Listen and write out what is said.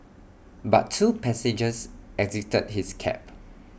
but two passengers exited his cab